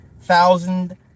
thousand